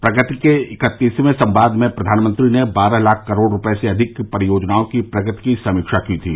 प्रगति के इकत्तीवें संवाद में प्रधानमंत्री ने बारह लाख करोड़ रूपये से अधिक की परियोजनाओं की प्रगति की समीक्षा की थी